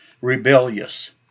rebellious